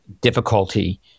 difficulty